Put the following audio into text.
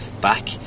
back